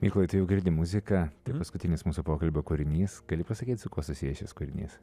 mykolai girdi muziką tai paskutinis mūsų pokalbio kūrinys gali pasakyti su kuo susijęs šis kūrinys